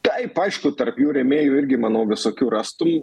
taip aišku tarp jų rėmėjų irgi manau visokių rastum